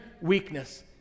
weakness